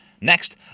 Next